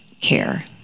care